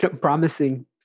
promising